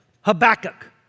Habakkuk